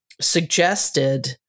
suggested